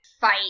fight